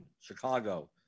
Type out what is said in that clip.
Chicago